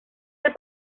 del